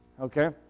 okay